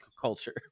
culture